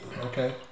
okay